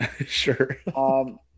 Sure